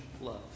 love